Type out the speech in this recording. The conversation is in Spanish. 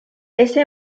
ese